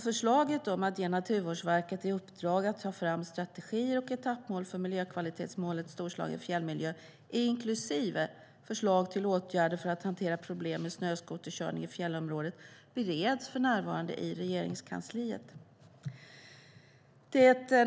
Förslaget om att ge Naturvårdsverket i uppdrag att ta fram strategier och etappmål för miljökvalitetsmålet Storslagen fjällmiljö inklusive förslag till åtgärder för att hantera problemen med snöskoterkörning i fjällområdet bereds för närvarande i Regeringskansliet.